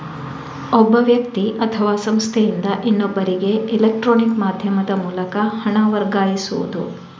ಒಬ್ಬ ವ್ಯಕ್ತಿ ಅಥವಾ ಸಂಸ್ಥೆಯಿಂದ ಇನ್ನೊಬ್ಬರಿಗೆ ಎಲೆಕ್ಟ್ರಾನಿಕ್ ಮಾಧ್ಯಮದ ಮೂಲಕ ಹಣ ವರ್ಗಾಯಿಸುದು